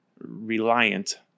reliant